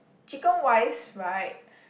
chicken wise right